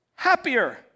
happier